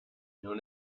known